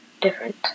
different